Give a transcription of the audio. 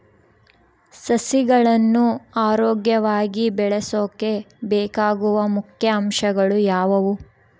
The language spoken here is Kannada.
ಸಸಿಗಳನ್ನು ಆರೋಗ್ಯವಾಗಿ ಬೆಳಸೊಕೆ ಬೇಕಾಗುವ ಮುಖ್ಯ ಅಂಶಗಳು ಯಾವವು?